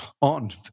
on